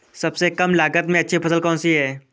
सबसे कम लागत में अच्छी फसल कौन सी है?